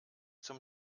zum